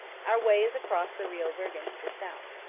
our way is across the rio virgen to the south.